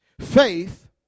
Faith